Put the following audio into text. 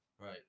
Right